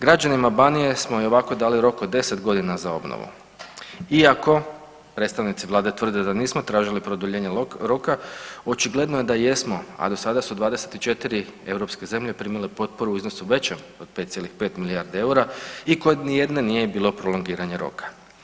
Građanima Banije smo i ovako dali rok od 10.g. za obnovu iako predstavnici vlade tvrde da nismo tražili produljenje roka očigledno je da jesmo, a do sada su 24 europske zemlje primile potporu u iznosu većem od 5,5 milijardi eura i kod nijedne nije bilo prolongiranja roka.